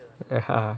then ah